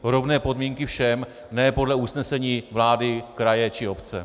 Rovné podmínky všem, ne podle usnesení vlády, kraje či obce.